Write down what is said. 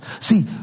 See